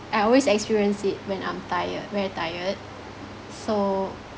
I always experience it when I'm tired very tired so